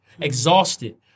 exhausted